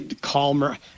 calmer